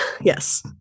yes